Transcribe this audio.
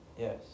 yes